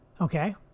Okay